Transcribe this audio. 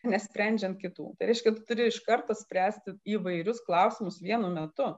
nesprendžiant kitų tai reiškia turi iš karto spręsti įvairius klausimus vienu metu